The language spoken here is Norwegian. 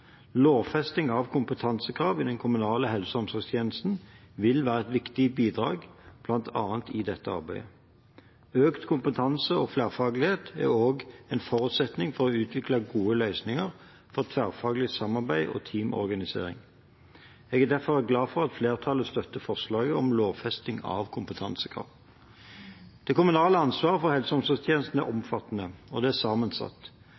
Lovfesting av kompetansekrav i den kommunale helse- og omsorgstjenesten vil være et viktig bidrag bl.a. i dette arbeidet. Økt kompetanse og flerfaglighet er også en forutsetning for å utvikle gode løsninger, tverrfaglig samarbeid og team-organisering. Jeg er derfor glad for at flertallet støtter forslaget om lovfesting av kompetansekrav. Det kommunale ansvaret for helse- og omsorgstjenesten er omfattende og sammensatt.